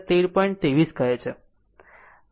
23 કહે છે